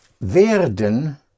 Werden